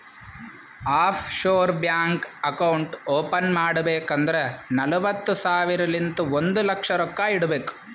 of sure bank account open ಮಾಡ್ಬೇಕ್ ಅಂದುರ್ ನಲ್ವತ್ತ್ ಸಾವಿರಲಿಂತ್ ಒಂದ್ ಲಕ್ಷ ರೊಕ್ಕಾ ಇಡಬೇಕ್